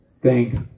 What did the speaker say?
Thanks